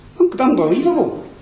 Unbelievable